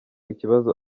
ikibazo